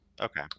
okay